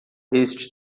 este